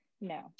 No